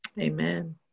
Amen